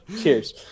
Cheers